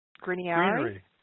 Greenery